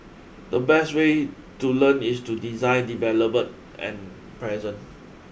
the best way to learn is to design develop and present